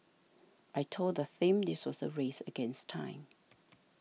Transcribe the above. I told the thing this was a race against time